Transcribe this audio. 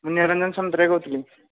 ମୁଁ ନିରଞ୍ଜନ ସାମନ୍ତରାୟ କହୁଥିଲି